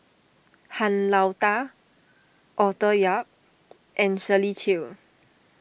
Han Lao Da Arthur Yap and Shirley Chew